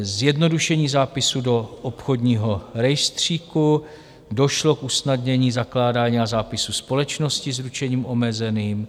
Zjednodušení zápisu do obchodního rejstříku, došlo k usnadnění zakládání a zápisu společností s ručením omezeným.